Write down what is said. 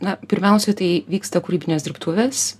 na pirmiausiai tai vyksta kūrybinės dirbtuvės